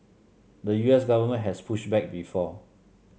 the U S government has pushed back before